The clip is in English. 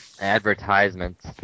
Advertisements